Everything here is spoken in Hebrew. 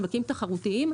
שווקים תחרותיים,